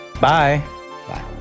Bye